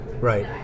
Right